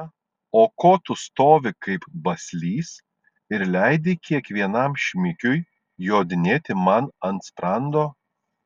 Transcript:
na o ko tu stovi kaip baslys ir leidi kiekvienam šmikiui jodinėti man ant sprando